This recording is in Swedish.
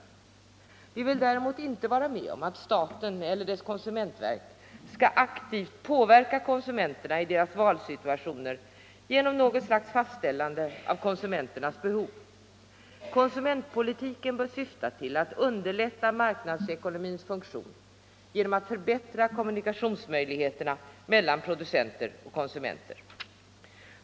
Vi vill däremot inte vara med om att staten eller dess konsumentverk skall aktivt påverka konsumenterna i deras valsituationer genom något slags fastställande av konsumenternas behov. Konsumentpolitiken bör syfta till att underlätta marknadsekonomins funktion genom att förbättra kommunikationsmöjligheterna mellan producenter och konsumenter.